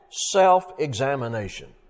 Self-examination